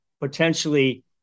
potentially